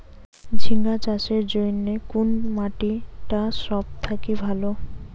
ঝিঙ্গা চাষের জইন্যে কুন মাটি টা সব থাকি ভালো?